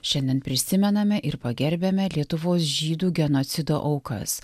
šiandien prisimename ir pagerbiame lietuvos žydų genocido aukas